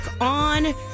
on